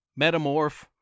metamorph